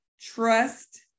trust